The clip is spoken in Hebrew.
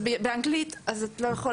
זה באנגלית ואת לא יכולה,